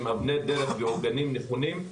עם אבני דרך ועוגנים נכונים,